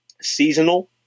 seasonal